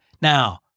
Now